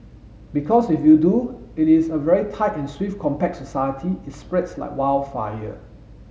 because if you do it is a very tight and swift compact society it's spreads like wild fire